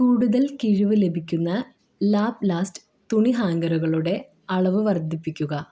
കൂടുതൽ കിഴിവ് ലഭിക്കുന്ന ലാപ്ലാസ്റ്റ് തുണി ഹാംഗറുകളുടെ അളവ് വർദ്ധിപ്പിക്കുക